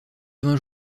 vingts